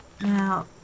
Now